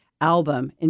album